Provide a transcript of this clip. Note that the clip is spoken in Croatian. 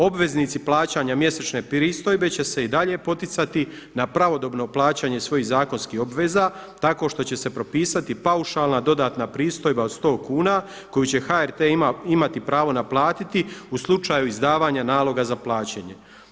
Obveznici plaćanja mjesečne pristojbe će se i dalje poticati na pravodobno plaćanje svojih zakonskih obveza, tako što će se propisati paušalna dodatna pristojba od sto kuna koju će HRT imati pravo naplatiti u slučaju izdavanja naloga za plaćanje.